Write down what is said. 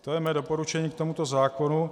To je mé doporučení k tomuto zákonu.